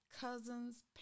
cousins